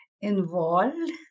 involved